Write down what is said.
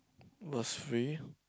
was free